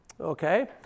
Okay